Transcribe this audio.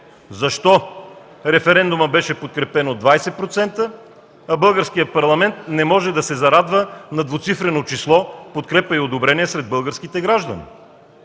защо референдумът беше подкрепен от 20%, а българският парламент не може да се зарадва на двуцифрено число подкрепа и одобрение сред българските граждани.